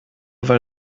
weil